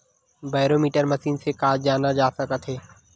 Barometer machine से का जाना जा सकत हे?